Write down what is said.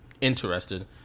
interested